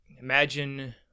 imagine